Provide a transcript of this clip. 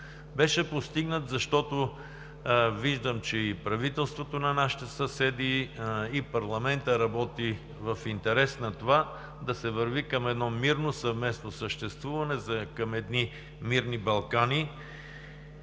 Беше постигнат, защото виждам, че правителството на нашите съседи и парламентът работят в интерес на това да се върви към мирно съвместно съществуване, към едни мирни Балкани.